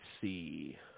see